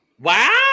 Wow